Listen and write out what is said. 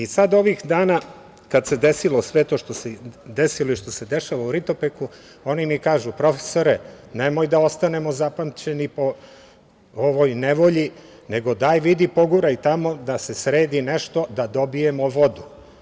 Sada ovih dana kada se desilo sve to što se desilo i što se dešava u Ritopeku, oni mi kažu – profesore nemoj da ostanemo zapamćeni po ovoj nevolji nego daj vidi poguraj tamo da se sredi nešto da dobijemo vodu.